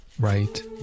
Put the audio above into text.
right